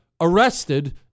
arrested